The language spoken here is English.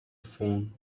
phone